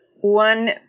one